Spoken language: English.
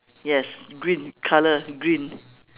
yes green colour green